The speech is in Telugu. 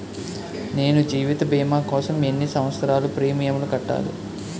నేను జీవిత భీమా కోసం ఎన్ని సంవత్సారాలు ప్రీమియంలు కట్టాలి?